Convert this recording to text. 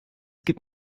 gibt